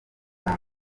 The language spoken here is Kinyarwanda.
ubwa